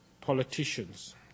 politicians